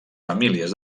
famílies